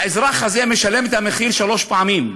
האזרח הזה משלם את המחיר שלוש פעמים: